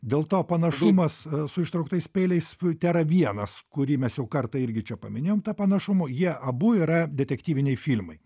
dėl to panašumas su ištrauktais peiliais tėra vienas kurį mes jau kartą irgi čia paminėjom tą panašumą jie abu yra detektyviniai filmai